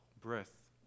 breath